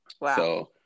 Wow